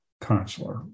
counselor